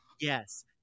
Yes